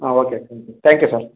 ಹಾಂ okay thank you thank you sir